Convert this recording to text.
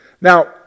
Now